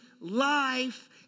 life